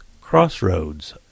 Crossroads